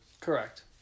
Correct